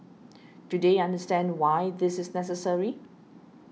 do they understand why this is necessary